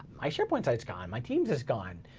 my sharepoint site's gone, my teams is gone.